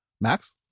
Max